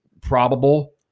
probable